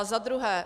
Za druhé.